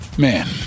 Man